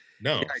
No